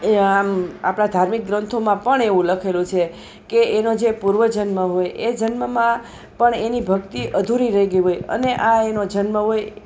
એ આમ આપણા ધાર્મિક ગ્રંથોમાં પણ એવું લખેલું છે કે એનો જે પૂર્વજન્મ હોય એ જન્મમાં પણ એની ભક્તિ અધૂરી રહી ગઈ હોય અને આ એનો જન્મ હોય